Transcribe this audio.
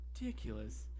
ridiculous